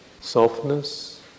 softness